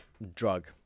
drug